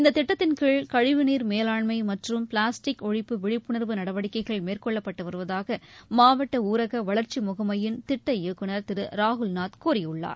இந்த திட்டத்தின் கீழ் கழிவுநீர் மேலாண்மை மற்றும் பிளாஸ்டிக் ஒழிப்பு விழிப்புணாவு நடவடிக்கைகள் மேற்கொள்ளப்பட்டு வருவதாக மாவட்ட ஊரக வளர்ச்சி முகமையின் திட்ட இயக்குநர் திரு ராகுல்நாத் கூறியுள்ளார்